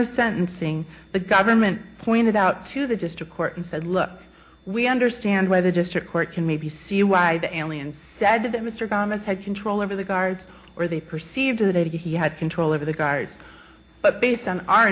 of sentencing the government pointed out to the district court and said look we understand why the district court can maybe see why the ambiance said that mr thomas had control over the guards or they perceived that he had control over the guards but based on our